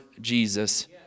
Jesus